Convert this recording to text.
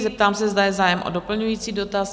Zeptám se, zda je zájem o doplňující dotaz?